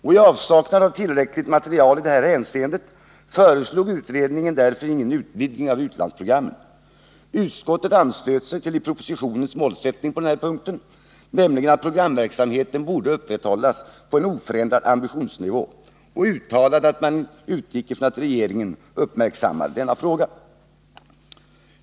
I avsaknad av tillräckligt material i detta hänseende föreslog utredningen därför ingen utvidgning av utlandsprogrammen. Utskottet anslöt sig till propositionens målsättning på denna punkt, nämligen att programverksamheten borde upprätthållas på oförändrad ambitionsnivå, och uttalade att man utgick ifrån att regeringen uppmärksammade denna fråga.